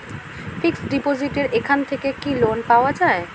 Fix ডিপোজিটের এখান থেকে কি লোন পাওয়া যায়?